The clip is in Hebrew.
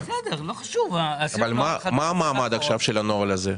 מה המעמד של הנוהל הזה עכשיו?